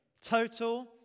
total